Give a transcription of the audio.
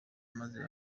maze